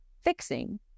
fixing